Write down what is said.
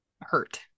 hurt